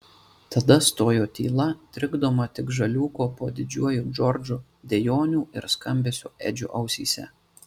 tada stojo tyla trikdoma tik žaliūko po didžiuoju džordžu dejonių ir skambesio edžio ausyse